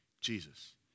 Jesus